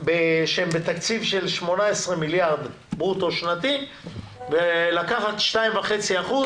שהם בתקציב של 18 מיליארד ברוטו שנתי ולקחת 2.5%,